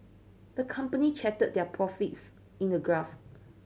the company charted their profits in a graph